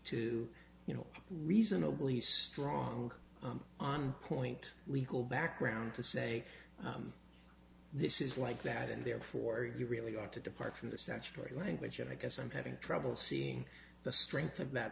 to you know reasonably strong on point legal background to say this is like that and therefore you really want to depart from the statutory language and i guess i'm having trouble seeing the strength of